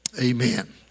amen